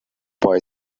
boy